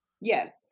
Yes